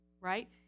right